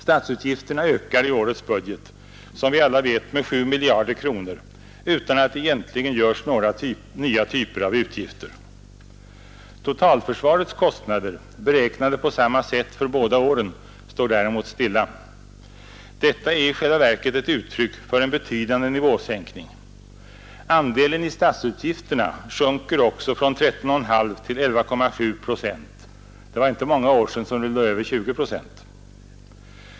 Statsutgifterna ökar i årets budget, som vi alla vet, med 7 miljarder kronor utan att det egentligen görs några nya typer av utgifter. Totalförsvarets kostnader, beräknade på samma sätt för båda åren, står däremot stilla. Detta är i själva verket ett uttryck för en betydande nivåsänkning. Andelen i statsutgifterna sjunker från 13,5 till 11,7 procent. Det var inte så många år sedan som den låg över 20 procent.